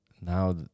now